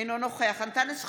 אינו נוכח אנטאנס שחאדה,